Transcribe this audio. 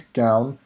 down